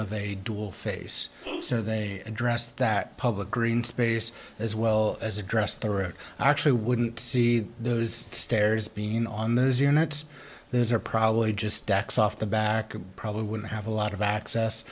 of a dual face so they addressed that public green space as well as address they were actually wouldn't see those stairs being on those units those are probably just decks off the back probably wouldn't have a lot of access